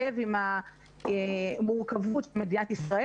לתת להם מענה בסיסי שמתיישב עם המורכבות של מדינת ישראל,